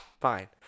fine